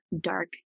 dark